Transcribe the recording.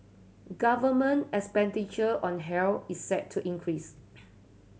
government expenditure on health is set to increase